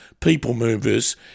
people-movers